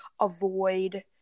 avoid